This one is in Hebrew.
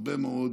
הרבה מאוד,